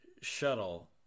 shuttle